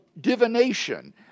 divination